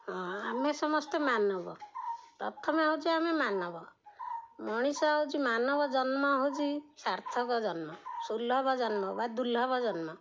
ହଁ ଆମେ ସମସ୍ତେ ମାନବ ପ୍ରଥମେ ହେଉଛି ଆମେ ମାନବ ମଣିଷ ହେଉଛି ମାନବ ଜନ୍ମ ହେଉଛି ସାର୍ଥକ ଜନ୍ମ ସୁଲଭ ଜନ୍ମ ବା ଦୁର୍ଲଭ ଜନ୍ମ